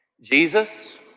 Jesus